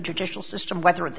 judicial system whether it's